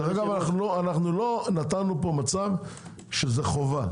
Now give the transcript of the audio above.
אגב לא נתנו פה מצב שזה חובה.